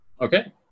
Okay